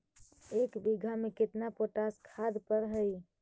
एक बिघा में केतना पोटास खाद पड़ है?